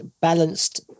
balanced